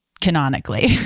canonically